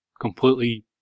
completely